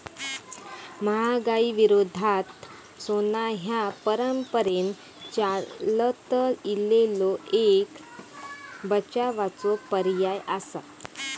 महागाई विरोधात सोना ह्या परंपरेन चालत इलेलो एक बचावाचो पर्याय आसा